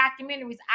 documentaries